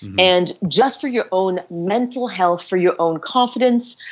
and just for your own mental health, for your own confidence,